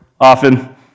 often